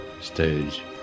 stage